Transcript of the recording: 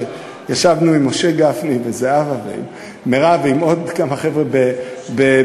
שישבנו עם משה גפני וזהבה ועם מרב ועם עוד כמה חבר'ה בגיבוש,